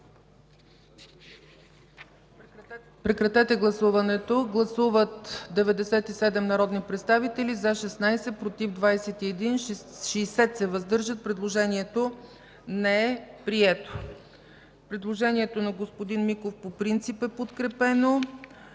Комисията не го подкрепя. Гласували 97 народни представители: за 16, против 21, въздържали се 60. Предложението не е прието. Предложението на господин Миков по принцип е подкрепено.